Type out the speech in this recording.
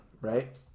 right